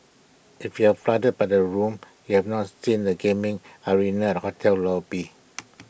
if you're floored by the rooms you have not seen the gaming arena at the hotel lobby